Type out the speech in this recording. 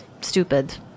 stupid